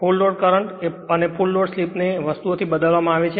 full load current અને full load slip ને તે વસ્તુઓ થી બદલવા માં આવે છે